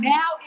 Now